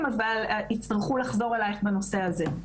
אבל יצטרכו לחזור אלייך בנושא הזה.